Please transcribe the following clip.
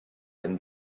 and